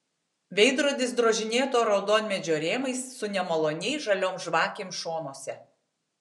veidrodis drožinėto raudonmedžio rėmais su nemaloniai žaliom žvakėm šonuose